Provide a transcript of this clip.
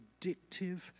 addictive